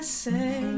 say